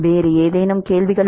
வேறு ஏதேனும் கேள்விகள்